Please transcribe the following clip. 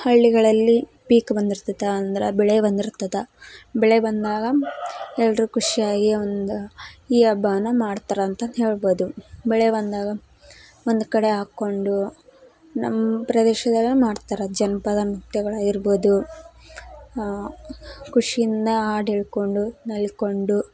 ಹಳ್ಳಿಗಳಲ್ಲಿ ಪೀಕು ಬಂದಿರ್ತದಾ ಅಂದ್ರೆ ಬೆಳೆ ಬಂದಿರ್ತದೆ ಬೆಳೆ ಬಂದಾಗ ಎಲ್ಲರೂ ಖುಷಿಯಾಗಿ ಒಂದು ಈ ಹಬ್ಬವನ್ನ ಮಾಡ್ತಾರೆ ಅಂತಂದು ಹೇಳ್ಬೋದು ಬೆಳೆ ಬಂದಾಗ ಒಂದು ಕಡೆ ಹಾಕ್ಕೊಂಡು ನಮ್ಮ ಪ್ರದೇಶದ್ದೆಲ್ಲ ಮಾಡ್ತಾರೆ ಜನಪದ ನೃತ್ಯಗಳಾಗಿರ್ಬೋದು ಖುಷಿಯಿಂದ ಹಾಡ್ ಹೇಳ್ಕೊಂಡು ನಲ್ಕೊಂಡು